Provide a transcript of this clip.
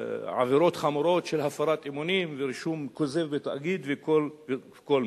בעבירות חמורות של הפרת אמונים ורישום כוזב בתאגיד וכו'.